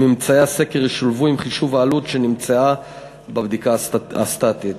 וממצאי הסקר ישולבו בחישוב העלות שנמצאה בבדיקה הסטטית.